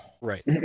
Right